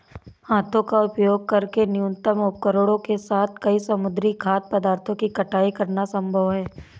हाथों का उपयोग करके न्यूनतम उपकरणों के साथ कई समुद्री खाद्य पदार्थों की कटाई करना संभव है